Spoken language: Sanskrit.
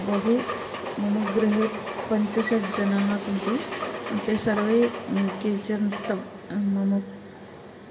बहु मम गृहे पञ्च षट् जनाः सन्ति ते सर्वे केचन तब् मम